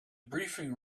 briefing